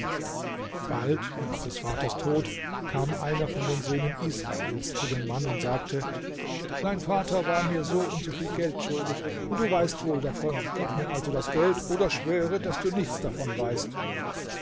bald nach des vaters tod kam einer von den söhnen israels zu dem mann und sagte dein vater war mir soundsoviel geld schuldig und du weißt wohl davon gib mir also das geld oder schwöre daß du nichts davon weißt